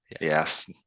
Yes